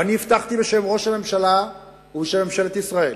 ואני הבטחתי בשם ראש הממשלה ובשם ממשלת ישראל,